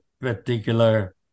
particular